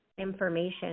information